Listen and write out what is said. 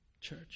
church